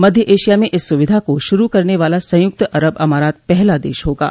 मध्य Asia में इस सुविधा को शुरू करने वाला संयुक्त अरब अमारात पहला देश हो गया है